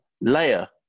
layer